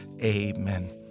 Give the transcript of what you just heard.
amen